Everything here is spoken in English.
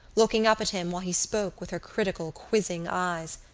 looking up at him while he spoke with her critical quizzing eyes.